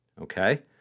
Okay